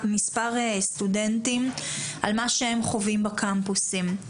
סטודנטים על מה שהם חווים בקמפוסים.